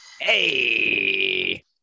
Hey